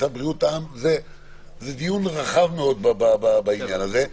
צו בריאות העם זה דיון רחב מאוד בעניין הזה.